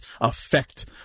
affect